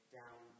down